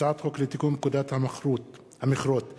הצעת חוק לתיקון פקודת המכרות (מס'